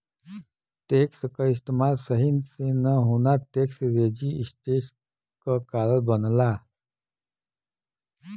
tax क इस्तेमाल सही से न होना टैक्स रेजिस्टेंस क कारण बनला